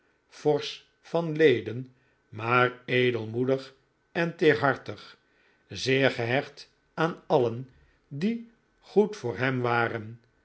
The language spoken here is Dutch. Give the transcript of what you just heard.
forsch van leden maar edelmoedig en teerhartig zeer gehecht aan alien die goed voor hem waren